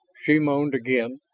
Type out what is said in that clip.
she moaned again,